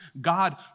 God